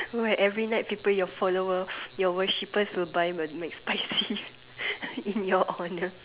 right so every night people your follower your worshiper will buy a McSpicy in your honor